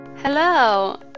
Hello